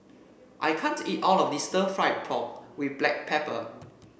I can't eat all of this stir fry pork with Black Pepper